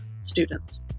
students